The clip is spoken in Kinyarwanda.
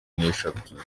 eshatu